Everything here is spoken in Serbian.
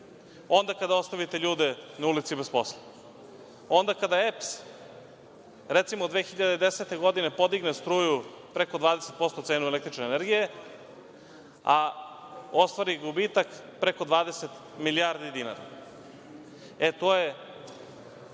onda kada ostavite ljude na ulici bez posla, onda kada EPS, recimo, 2010. godine, podigne preko 20% cenu električne energije, a ostvari gubitak preko 20 milijardi dinara. E, to je